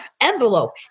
envelope